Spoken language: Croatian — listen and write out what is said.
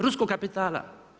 Ruskog kapitala?